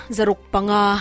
Zarukpanga